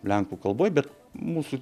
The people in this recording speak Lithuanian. lenkų kalboj bet mūsų